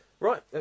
Right